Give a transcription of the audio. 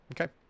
Okay